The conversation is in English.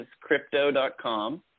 crypto.com